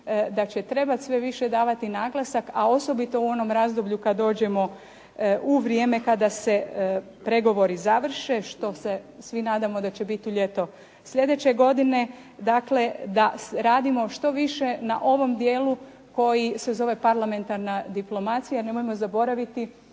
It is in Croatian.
da će trebati sve više davati naglasak, a osobito u onom razdoblju kad dođemo u vrijeme kada se pregovori završe što se svi nadamo da će bit u ljeto sljedeće godine, dakle da radimo što više na ovom dijelu koji se zove parlamentarna diplomacija. Nemojmo zaboraviti,